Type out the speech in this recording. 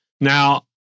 Now